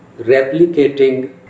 replicating